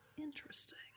interesting